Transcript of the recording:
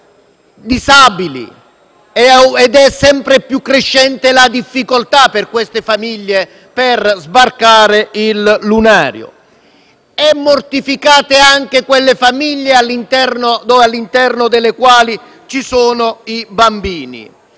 è sempre più crescente la difficoltà di "sbarcare il lunario". E mortificate anche quelle famiglie all'interno delle quali ci sono bambini.